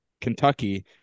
Kentucky